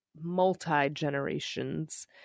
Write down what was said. multi-generations